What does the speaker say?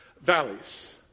valleys